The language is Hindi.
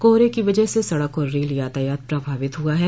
कोहरे की वजह से सड़क और रेल यातायात प्रभावित हुआ है